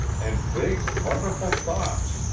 and big, wonderful thoughts,